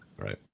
right